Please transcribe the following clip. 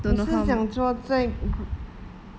你是讲说在